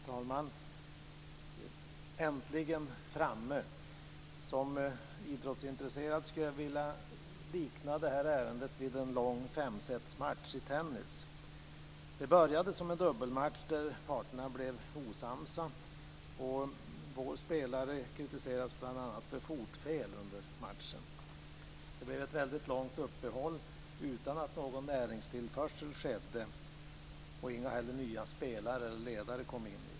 Fru talman! Äntligen framme! Som idrottsintresserad skulle jag vilja likna det här ärendet vid en lång femsetsmatch i tennis. Det började som en dubbelmatch där parterna blev osams. Vår spelare kritiserades bl.a. för fotfel under matchen. Det blev ett väldigt långt uppehåll utan att någon näringstillförsel skedde. Inte heller några nya spelare eller ledare kom till.